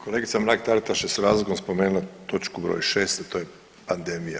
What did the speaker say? Kolegica Mrak Taritaš je s razlogom spomenula točku broj 6, a to je pandemija.